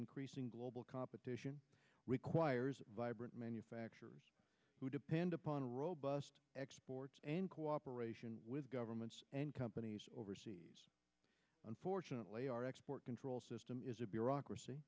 increasing global competition requires a vibrant manufacturer who depend upon a robust cooperation with governments and companies overseas unfortunately our export control system is a bureaucracy